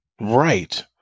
Right